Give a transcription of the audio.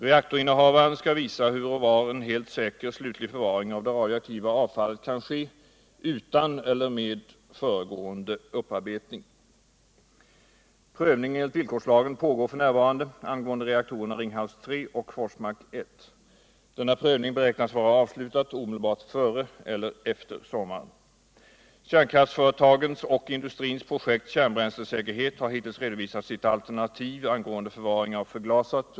Reaktorinnehavaren skall visa hur och var en helt säker slutlig förvaring av det radioaktiva avfallet kan ske utan eller med föregående Kärnkrafisföretagens och industrins projekt Kärnbränslesäkerhet har hittills redovisat sitt ahternativ angående förvaring av förglasat.